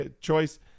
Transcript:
choice